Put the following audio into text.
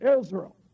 Israel